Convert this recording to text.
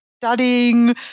studying